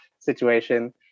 Situation